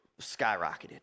skyrocketed